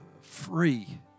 free